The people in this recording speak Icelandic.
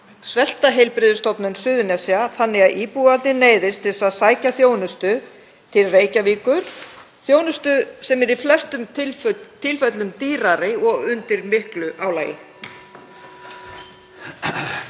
svelta Heilbrigðisstofnun Suðurnesja þannig að íbúarnir neyðist til að sækja þjónustu til Reykjavíkur, þjónustu sem er í flestum tilfellum dýrari og undir miklu álagi.